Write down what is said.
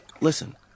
Listen